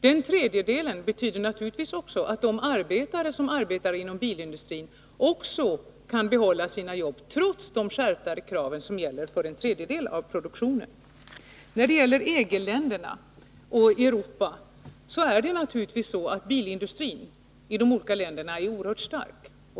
Detta betyder naturligtvis också att arbetarna inom bilindustrin kan behålla sina jobb trots de skärpta krav som gäller för den tredjedel av produktionen som går på export till USA. När det gäller EG-länderna och Europa är bilindustrin i de olika länderna oerhört stark.